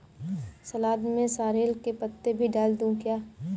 सलाद में सॉरेल के पत्ते भी डाल दूं क्या?